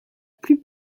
plus